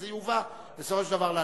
כי זה יובא בסופו של דבר להצבעה.